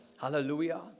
Hallelujah